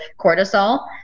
cortisol